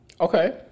Okay